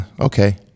okay